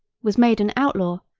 was made an outlaw,